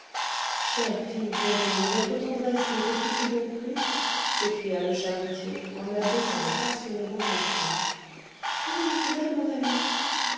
chère fille bien-aimée notre tendresse ne te suffit donc plus s'écria le charretier en la baisant passionnément au front que dites-vous là mon ami